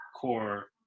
core